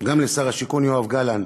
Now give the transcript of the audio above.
וגם לשר השיכון יואב גלנט,